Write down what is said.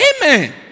Amen